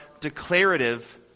declarative